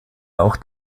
auch